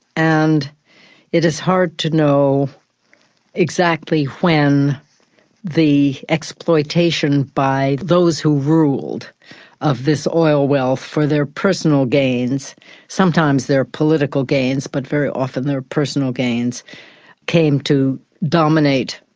and it is hard to know exactly when the exploitation by those who ruled of this oil well for their personal gains sometimes their political gains, but very often their personal gains came to dominate.